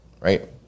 right